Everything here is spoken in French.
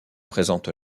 présente